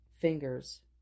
fingers